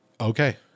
Okay